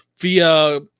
via